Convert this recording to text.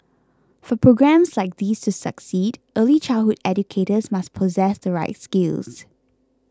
for programmes like these to succeed early childhood educators must possess the right skills